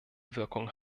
wirkung